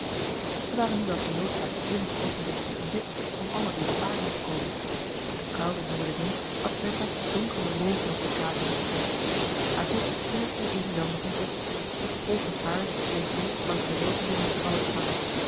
zij waren nu wel genoodzaakt eenige oogenblikken te gaan zitten om allen weer op adem te komen de koude noordenwind had bertha donkere rozen op de kaken gekust haar hoed zette zij evenwel nog niet op het golvend haar bleef los langs de welgevormde schouders hangen